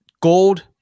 gold